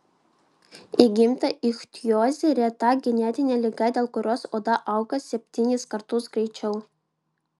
įgimta ichtiozė reta genetinė liga dėl kurios oda auga septynis kartus greičiau